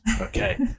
Okay